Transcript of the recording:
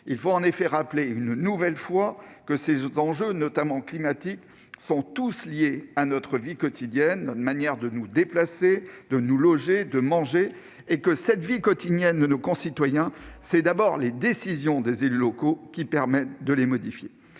Il faut en effet rappeler une nouvelle fois que ces enjeux, notamment climatiques, sont tous liés à notre vie quotidienne, à notre manière de nous déplacer, de nous loger et de manger. Or ce sont d'abord les décisions des élus locaux qui permettent de modifier